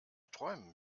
träumen